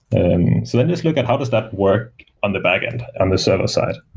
and so let's just look at how does that work on the backend, on the server side.